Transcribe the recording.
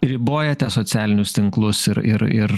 ribojate socialinius tinklus ir ir ir